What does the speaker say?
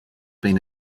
been